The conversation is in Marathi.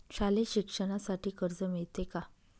शालेय शिक्षणासाठी कर्ज मिळते का?